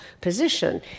position